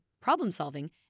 problem-solving